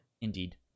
indeed